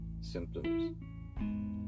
symptoms